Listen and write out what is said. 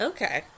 Okay